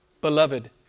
Beloved